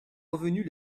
revenus